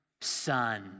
son